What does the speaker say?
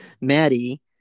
Maddie